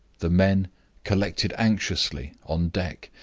the men collected anxiously on deck,